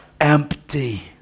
empty